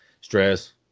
stress